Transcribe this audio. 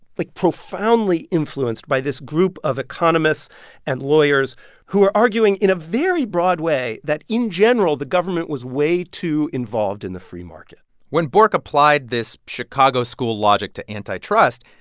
like, profoundly influenced by this group of economists and lawyers who are arguing in a very broad way that, in general, the government was way too involved in the free market when bork applied this chicago school logic to antitrust,